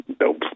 Nope